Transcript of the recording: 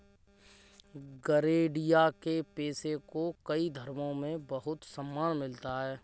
गरेड़िया के पेशे को कई धर्मों में बहुत सम्मान मिला है